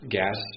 gas